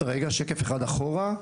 שקף אחד אחורה: